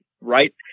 right